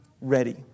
ready